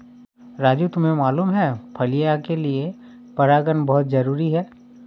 राजू तुम्हें मालूम है फलियां के लिए परागन बहुत जरूरी है